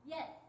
Yes